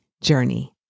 journey